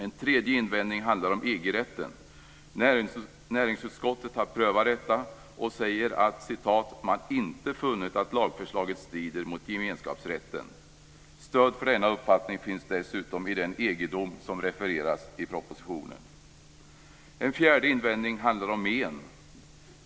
En tredje invändning handlar om EG-rätten. Näringsutskottet har prövat detta och säger att man inte har funnit att lagförslaget strider mot gemenskapsrätten. Stöd för denna uppfattning finns dessutom i den En fjärde invändning handlar om men.